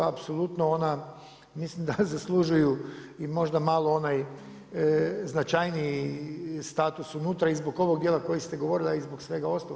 Apsolutno ona, mislim da zaslužuju i možda malo onaj značajniji status unutra i zbog ovog dijela koji ste govorili, a i zbog svega ostalog.